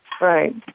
Right